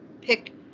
pick